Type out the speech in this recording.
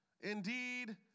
indeed